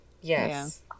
Yes